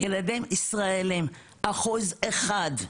ילדים ישראלים אחוז אחד,